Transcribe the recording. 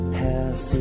pass